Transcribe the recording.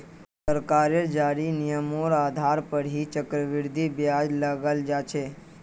सरकारेर जारी नियमेर आधार पर ही चक्रवृद्धि ब्याज लगाल जा छे